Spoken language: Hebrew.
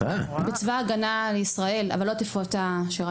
בצבא ההגנה לישראל, אני לא יודעת איפה אתה שירתת.